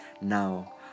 Now